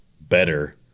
better